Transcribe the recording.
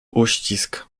uścisk